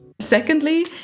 Secondly